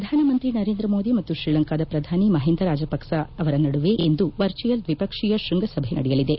ಪ್ರಧಾನ ಮಂತ್ರಿ ನರೇಂದ್ರ ಮೋದಿ ಮತ್ತು ಶ್ರೀಲಂಕಾದ ಪ್ರಧಾನಿ ಮಹಿಂದಾ ರಾಜಪಕ್ಷ ಅವರ ನಡುವೆ ಇಂದು ವರ್ಚುವಲ್ ದ್ವಿಪಕ್ಷೀಯ ಕೃಂಗಸಭೆ ನಡೆಯಲಿದೆ